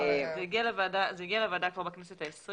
לא, זה הגיע לוועדה כבר בכנסת ה-20.